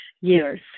years